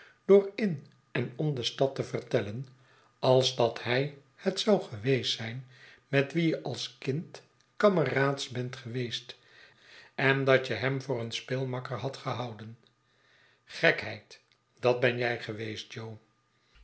door in en om de stad te vertellen als dat hij het zou geweest zijn met wien je als kind kameraads bent geweest en dat je hem voor een speelmakker hadt gehouden gekheid dat ben jij geweest jo